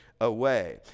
away